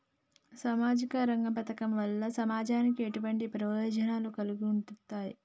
సామాజిక రంగ పథకాల వల్ల సమాజానికి ఎటువంటి ప్రయోజనాలు కలుగుతాయి?